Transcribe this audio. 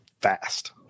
fast